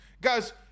Guys